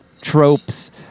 tropes